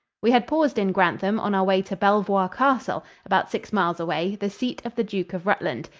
we had paused in grantham on our way to belvoir castle, about six miles away, the seat of the duke of rutland.